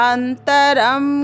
Antaram